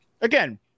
again